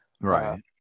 Right